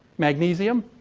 magnesium?